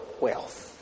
wealth